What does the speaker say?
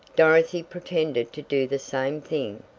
dorothy pretended to do the same thing,